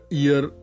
year